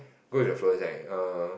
go with the flow like err